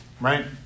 right